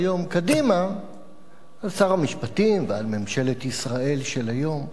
היום קדימה על שר המשפטים ועל ממשלת ישראל של היום.